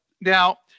Now